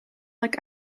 like